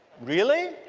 really?